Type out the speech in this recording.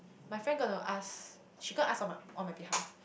my friend gonna to ask she go ask on my on my behalf